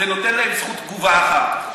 זה נותן להם זכות תגובה אחר כך.